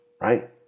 right